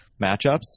matchups